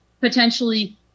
potentially